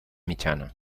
mitjana